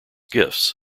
gifts